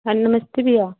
हाँ नमस्ते भैया